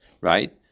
right